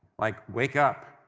like, wake up,